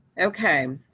okay.